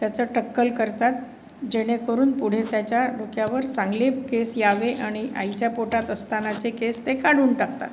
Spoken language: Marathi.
त्याचं टक्कल करतात जेणेकरून पुढे त्याच्या डोक्यावर चांगले केस यावे आणि आईच्या पोटात असतानाचे केस ते काढून टाकतात